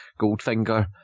Goldfinger